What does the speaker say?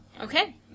Okay